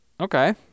okay